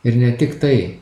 ir ne tik tai